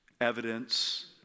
evidence